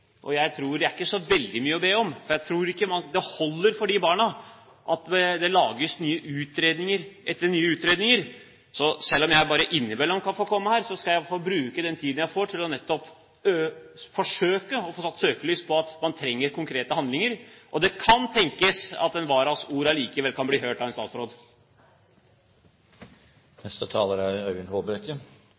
Det er ikke så veldig mye å be om. Jeg tror ikke det holder for disse barna at det lages utredning etter utredning. Så selv om jeg bare innimellom kan få komme hit, skal jeg i hvert fall bruke den tiden jeg får til nettopp å forsøke å få satt søkelys på at man trenger konkrete handlinger. Og det kan tenkes at en varas ord kan bli hørt av en statsråd.